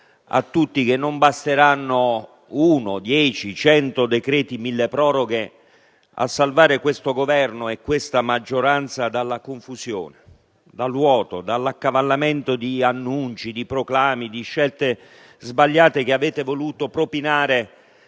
a tutti che non basteranno uno, dieci, cento decreti milleproroghe a salvare questo Governo e questa maggioranza dalla confusione, dal vuoto, dall'accavallamento di annunci, di proclami, di scelte sbagliate che avete voluto propinare